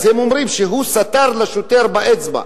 אז הם אומרים שהוא סטר לשוטר באצבע.